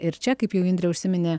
ir čia kaip jau indrė užsiminė